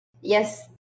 yes